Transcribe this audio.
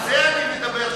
על זה אני מדבר,